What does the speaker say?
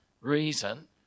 reason